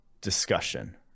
discussion